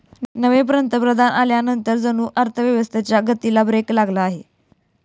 नवे पंतप्रधान आल्यानंतर जणू अर्थव्यवस्थेच्या गतीला ब्रेक लागला आहे